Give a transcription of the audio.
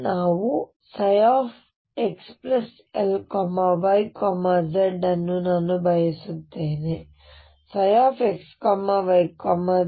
ನಾವು ψxL y z ಅನ್ನು ನಾನು ಬಯಸುತ್ತೇನೆ ψ x y z